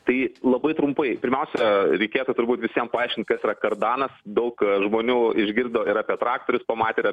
tai labai trumpai pirmiausia reikėtų turbūt visiem paaiškint kas yra kardanas daug žmonių išgirdo ir apie traktorius pamatė ir